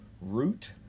Root